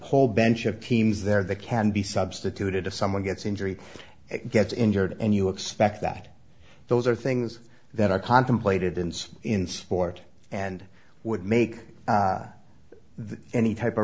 whole bench of keane's there that can be substituted if someone gets injury it gets injured and you expect that those are things that are contemplated in in sport and would make any type of